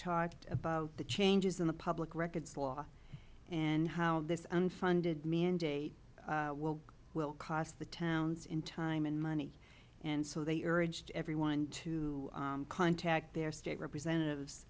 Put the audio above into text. talked about the changes in the public records law and how this unfunded mandate will cost the towns in time and money and so they urged everyone to contact their state representatives